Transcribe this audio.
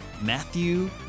Matthew